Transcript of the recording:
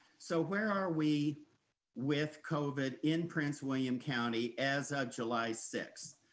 so where are we with covid in prince william county as of july sixth?